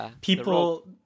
people